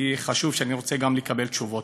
כי זה חשוב ואני רוצה לקבל גם תשובות.